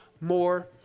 more